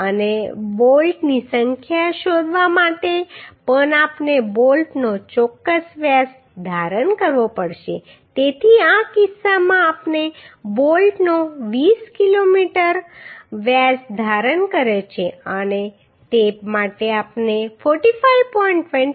અને બોલ્ટની સંખ્યા શોધવા માટે પણ આપણે બોલ્ટનો ચોક્કસ વ્યાસ ધારણ કરવો પડશે તેથી આ કિસ્સામાં આપણે બોલ્ટનો 20 મિલીમીટર વ્યાસ ધારણ કર્યો છે અને તે માટે આપણે 45